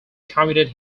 committed